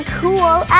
cool